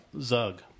Zug